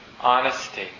honesty